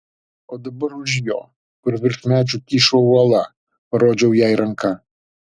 o dabar už jo kur virš medžių kyšo uola parodžiau jai ranka